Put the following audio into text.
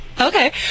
Okay